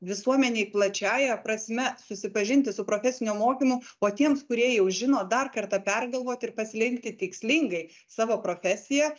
visuomenei plačiąja prasme susipažinti su profesiniu mokymu o tiems kurie jau žino dar kartą pergalvoti ir pasirinkti tikslingai savo profesiją